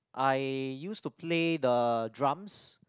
I used to play the drums